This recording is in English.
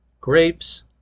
grapes